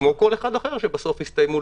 כמו כל אחד אחר שבסוף זה הסתיים.